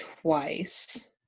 twice